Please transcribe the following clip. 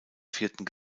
vierten